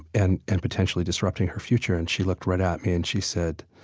and and potentially disrupting her future. and she looked right at me and she said,